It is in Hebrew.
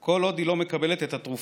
כל עוד היא לא מקבלת את התרופה.